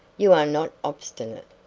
you are not obstinate.